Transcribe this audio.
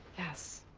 yes.